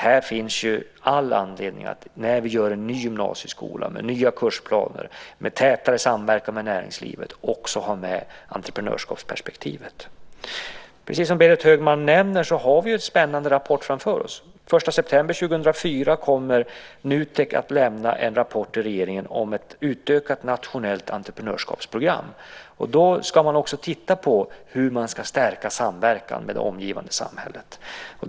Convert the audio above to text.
Här finns all anledning, när vi gör en ny gymnasieskola med nya kursplaner och med tätare samverkan med näringslivet, att också ha med entreprenörskapsperspektivet. Precis som Berit Högman nämner har vi en spännande rapport framför oss. Den 1 september 2004 kommer Nutek att lämna en rapport till regeringen om ett utökat nationellt entreprenörskapsprogram. Då ska man också titta på hur man ska stärka samverkan med det omgivande samhället.